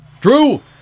Drew